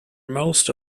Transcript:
most